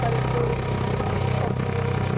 Kalpesh Kapil